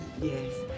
Yes